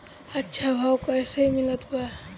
अच्छा भाव कैसे मिलत बा?